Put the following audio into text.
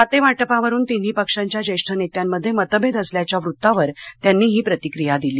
खाते वाटपावरून तिन्ही पक्षांच्या ज्येष्ठ नेत्यांमध्ये मतभेद असल्याच्या वृत्तावर त्यांनी हि प्रतिक्रिया दिली